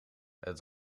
het